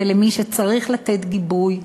ומי שצריך לתת לו גיבוי,